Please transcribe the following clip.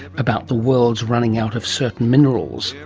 about the world running out of certain minerals,